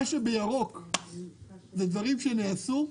בירוק זה דברים שנעשו.